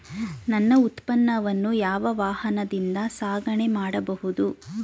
ನನ್ನ ಉತ್ಪನ್ನವನ್ನು ಯಾವ ವಾಹನದಿಂದ ಸಾಗಣೆ ಮಾಡಬಹುದು?